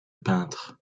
peintre